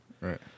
right